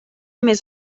més